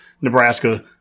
Nebraska